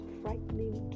frightening